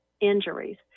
injuries